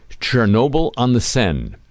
Chernobyl-on-the-Seine